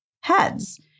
heads